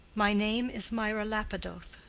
my name is mirah lapidoth.